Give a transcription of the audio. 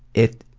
it